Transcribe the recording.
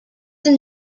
and